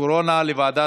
קודם כול תצביע בעד,